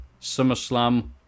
SummerSlam